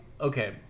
okay